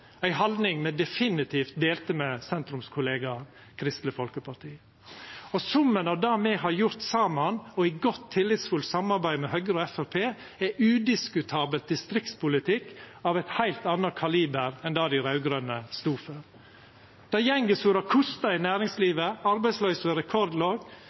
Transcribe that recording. ei haldning me definitivt delte med sentrumskollega Kristeleg Folkeparti. Summen av det me har gjort saman og i godt, tillitsfullt samarbeid med Høgre og Framstegspartiet, er udiskutabelt distriktspolitikk av eit heilt anna kaliber enn det dei raud-grøne stod for. Det går så det kostar i næringslivet. Arbeidsløysa er rekordlav. Systematisk innsats for å foreina miljø og